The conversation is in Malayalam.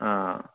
ആ